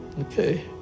Okay